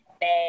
bad